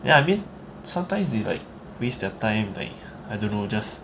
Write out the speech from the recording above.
ya I mean sometimes they like waste their time like I don't know just